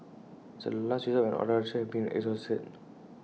it's A last resort when all other options have been exhausted